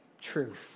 truth